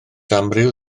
amryw